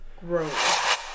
Gross